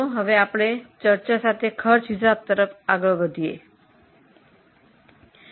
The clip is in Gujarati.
હવે આગળ પડતર હિસાબી કરણ વિષય પર ચર્ચા કરીશું